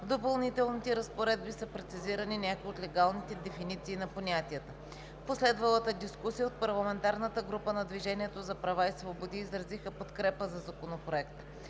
В Допълнителните разпоредби са прецизирани някои от легалните дефиниции на понятията. В последвалата дискусия от парламентарната група „Движение за права и свободи“ изразиха подкрепа за Законопроекта.